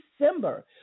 December